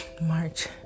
March